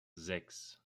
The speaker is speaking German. sechs